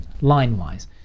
line-wise